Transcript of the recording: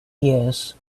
years